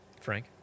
Frank